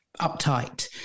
uptight